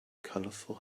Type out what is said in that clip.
colorful